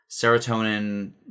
Serotonin